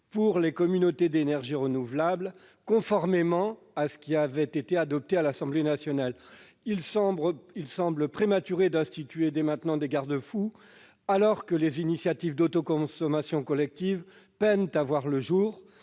pour les communautés d'énergie renouvelable, conformément à ce qui a été adopté par l'Assemblée nationale. Il semble prématuré d'instituer des garde-fous, alors que les initiatives d'autoconsommation collective peinent à voir le jour